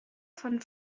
von